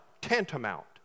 Tantamount